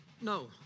No